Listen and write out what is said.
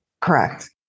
Correct